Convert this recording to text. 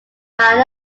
line